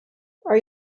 are